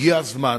הגיע הזמן